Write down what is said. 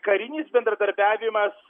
karinis bendradarbiavimas